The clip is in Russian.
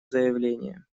заявление